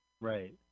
Right